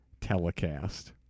telecast